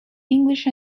english